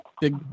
big